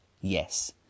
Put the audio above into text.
Yes